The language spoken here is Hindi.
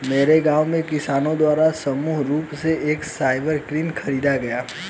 मेरे गांव में किसानो द्वारा सामूहिक रूप से एक सबसॉइलर खरीदा गया